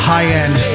High-End